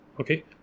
okay